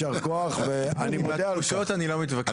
עם תחושות אני לא מתווכח.